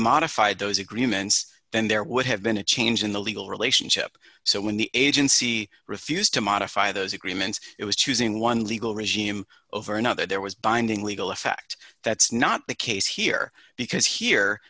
modified those agreements then there would have been a change in the legal relationship so when the agency refused to modify those agreements it was choosing one legal regime over another there was binding legal effect that's not the case here because here